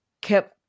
kept